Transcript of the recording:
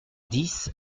dix